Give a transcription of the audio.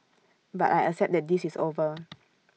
but I accept that this is over